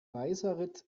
weißeritz